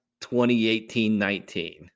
2018-19